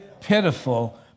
pitiful